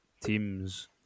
teams